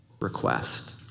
request